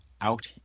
out